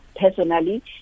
personally